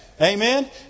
Amen